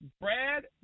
Brad